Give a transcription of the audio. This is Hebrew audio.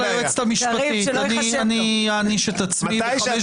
אתם יודעים שאני תמיד אומרת לכם שהפתרון